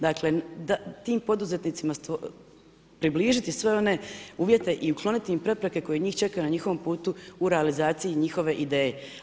Dakle, tim poduzetnicima približiti sve one uvjete i ukloniti im prepreke koje njih čekaju na njihovom putu u realizaciji njihove ideje.